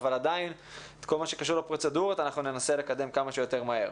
אבל בכל מה שקשור לפרוצדורות ננסה לקדם כמה שיותר מהר.